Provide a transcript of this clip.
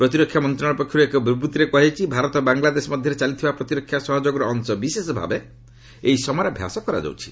ପ୍ରତିରକ୍ଷା ମନ୍ତ୍ରଣାଳୟ ପକ୍ଷରୁ ଏକ ବିବୃତ୍ତିରେ କୁହାଯାଇଛି ଭାରତ ବାଙ୍ଗଲାଦେଶ ମଧ୍ୟରେ ଚାଲିଥିବା ପ୍ରତିରକ୍ଷା ସହଯୋଗର ଅଂଶବିଶେଷ ଭାବେ ଏହି ସମରାଭ୍ୟାସ କରାଯାଉଛି